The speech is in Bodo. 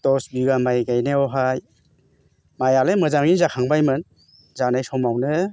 दस बिघा माइ गायनायावहाय माइआलाय मोजाङैनो जाखांबायमोन जानाय समावनो